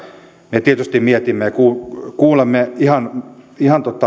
me tietysti mietimme ja kuulemme ihan ihan